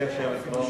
גברתי היושבת-ראש,